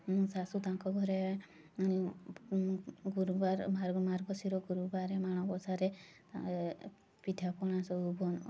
ମୋ ଶାଶୁ ତାଙ୍କ ଘରେ ଗୁରୁବାର ମାର୍ଗଶିର ଗୁରୁବାରେ ମାଣବସାରେ ପିଠା ପଣା ସବୁ